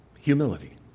Humility